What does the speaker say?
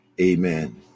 Amen